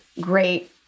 great